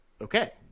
Okay